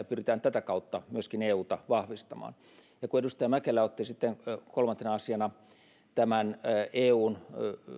pyritään tätä kautta myöskin euta vahvistamaan kun edustaja mäkelä otti sitten kolmantena asiana tämän eun